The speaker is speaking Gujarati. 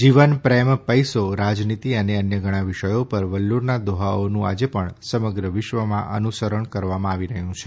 જીવન પ્રેમ પૈસો રાજનીતી અને અન્ય ઘણા વિષયો પર વલ્લુરના દોહાઓનું આજે પણ સમગ્ર વિશ્વમાં અનુસરણ કરવામાં આવી રહ્યું છે